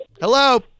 Hello